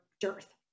dearth